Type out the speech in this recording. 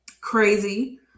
crazy